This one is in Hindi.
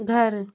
घर